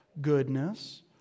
goodness